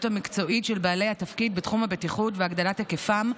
המקצועית של בעלי התפקיד בתחום הבטיחות והגדלת היקפם,